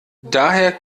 daher